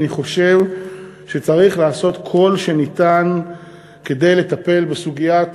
אני חושב שצריך לעשות כל שניתן כדי לטפל בסוגיית